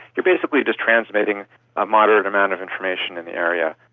you're basically just transmitting a moderate amount of information in the area.